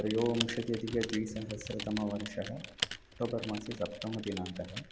त्रयोविंशत्यधिकद्विसहस्रतमवर्षः अक्टोबर् मासे सप्तमदिनाङ्कः